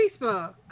Facebook